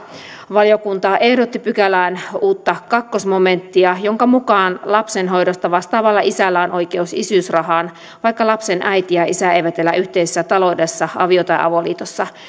valiokunta ehdotti pykälään uutta toinen momenttia jonka mukaan lapsen hoidosta vastaavalla isällä on oikeus isyysrahaan vaikka lapsen äiti ja isä eivät elä yhteisessä taloudessa avio tai avoliitossa